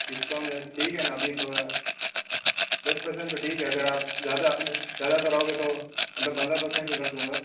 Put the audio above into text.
discount ठीक है ना अभी तो दस पर्सेंट तो ठीक है अगर आप ज़्यादा ज़्यादा कराओगे तो मतलब पंद्रह पर्सेंट कर दूंगा